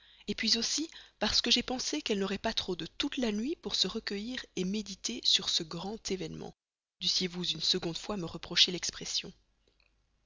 hier puis aussi parce que j'ai pensé qu'elle n'aurait pas trop de toute la nuit pour se recueillir méditer sur ce grand événement dussiez-vous une seconde fois me reprocher l'expression